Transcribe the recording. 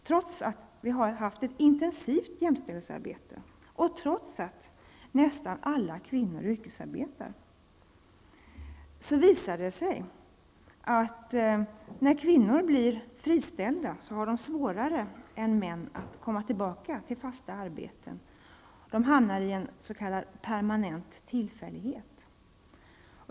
Trots att vi har haft ett intensivt jämställdhetsarbete och trots att nästan alla kvinnor yrkesarbetar visar det sig att när kvinnor blir friställda har de svårare än män att komma tillbaka till fasta arbeten. De hamnar i en s.k. permanent tillfällighet.